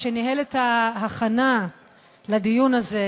יושבת-ראש סיעת המחנה הציוני,